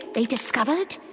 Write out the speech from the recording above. they discovered.